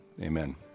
Amen